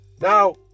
Now